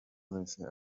wese